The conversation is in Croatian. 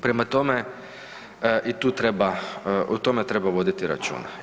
Prema tome i tu treba o tome treba voditi računa.